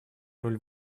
роль